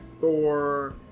Thor